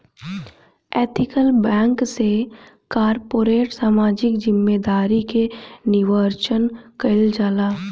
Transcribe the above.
ethical banking से corporate सामाजिक जिम्मेदारी के निर्वाचन कईल जाला